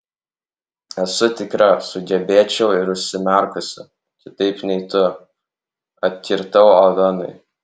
esu tikra sugebėčiau ir užsimerkusi kitaip nei tu atkirtau ovenui